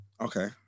Okay